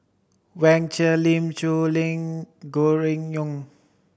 Wang Sha Lim Soo Lim Ngee Gregory Yong